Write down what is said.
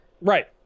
Right